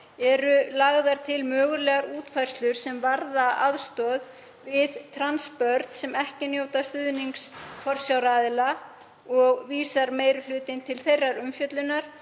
eru lagðar til mögulegar útfærslur sem varða aðstoð við trans börn sem ekki njóta stuðnings forsjáraðila og vísar meiri hlutinn til þeirrar umfjöllunar